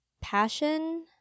passion